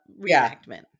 reenactment